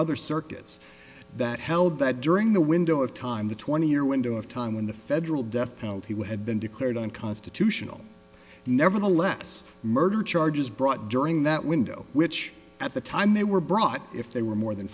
other circuits that held that during the window of time the twenty year window of time when the federal death penalty would have been declared unconstitutional nevertheless murder charges brought during that window which at the time they were brought if they were more than